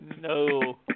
No